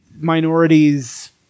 minorities